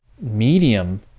Medium